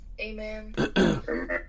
Amen